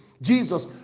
jesus